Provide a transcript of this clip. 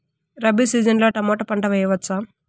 Rabi season లో tomato పంట వేయవచ్చా?